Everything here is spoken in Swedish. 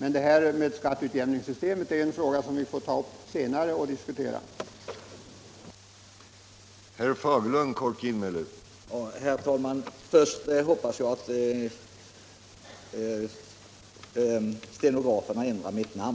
osv. Utjämningssystemet är som sagt en fråga som vi får ta upp och diskutera senare.